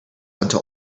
until